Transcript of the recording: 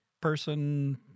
person